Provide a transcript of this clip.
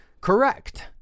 Correct